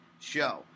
show